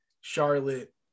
Charlotte